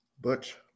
Butch